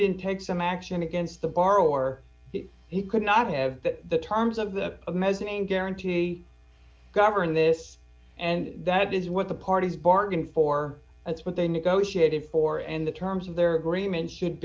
didn't take some action against the borrower he could not have the terms of the mezzanine guaranty govern this and that is what the parties bargained for that's what they negotiated for and the terms of their greenman should